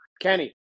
Kenny